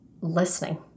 listening